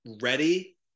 ready